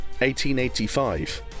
1885